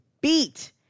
beat